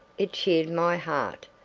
it cheered my heart,